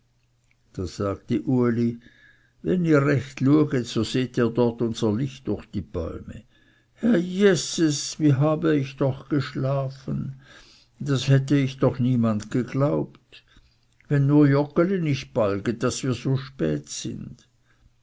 da sagte uli wenn ihr recht lueget so seht ihr dort unser licht durch die bäume herr yses wie habe ich doch geschlafen das hätte ich doch niemand geglaubt wenn nur joggeli nicht balget daß wir so spät sind